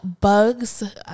Bugs